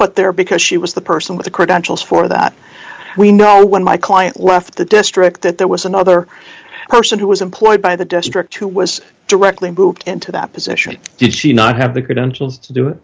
put there because she was the person with the credentials for that we know when my client left the district that there was another person who was employed by the district who was directly moved into that position did she not have the credentials